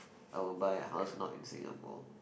I will buy a house not in Singapore